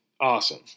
awesome